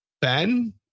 Ben